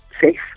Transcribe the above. safe